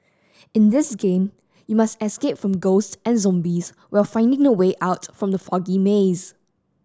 in this game you must escape from ghost and zombies while finding the way out from the foggy maze